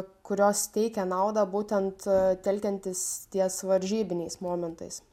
kurios teikia naudą būtent telkiantis ties varžybiniais momentais